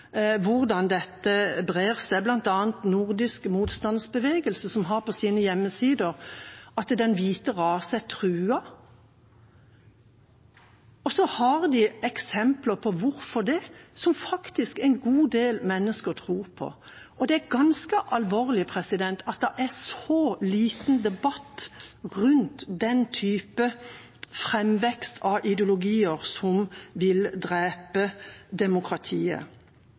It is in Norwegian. hvordan dette brer seg. Den nordiske motstandsbevegelsen har bl.a. på sine hjemmesider at den hvite rase er truet, og så har de eksempler på hvorfor, noe en god del mennesker faktisk tror på. Det er ganske alvorlig at det er så lite debatt rundt den typen framvekst av ideologier som vil drepe demokratiet.